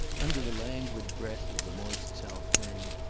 under the languid breath of the moist south wind.